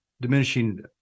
diminishing